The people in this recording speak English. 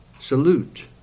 Salute